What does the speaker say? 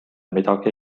midagi